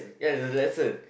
ya it's a lesson